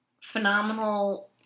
phenomenal